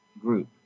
group